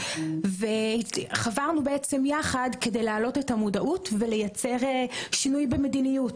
וחברנו יחד כדי להעלות את המודעות וליצור שינוי במדיניות.